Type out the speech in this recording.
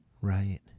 right